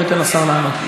בואי ניתן לשר לענות.